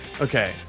Okay